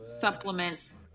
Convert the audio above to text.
Supplements